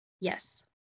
Yes